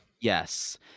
Yes